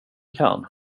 kan